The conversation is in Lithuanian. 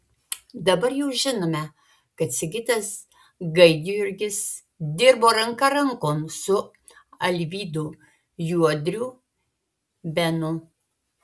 dabar jau žinome kad sigitas gaidjurgis dirbo ranka rankon su alvydu juodriu benu